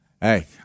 hey